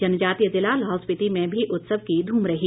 जनजातीय ज़िला लाहौल स्पिति में भी उत्सव की धूम रही